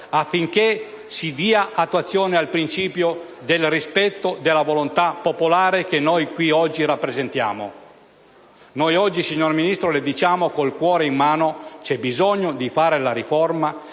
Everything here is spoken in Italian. per dare attuazione al principio del rispetto della volontà popolare, che oggi qui rappresentiamo. Oggi, signora Ministro, le diciamo con il cuore in mano che c'è bisogno di fare la riforma,